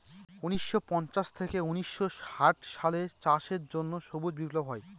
উনিশশো পঞ্চাশ থেকে উনিশশো ষাট সালে চাষের জন্য সবুজ বিপ্লব হয়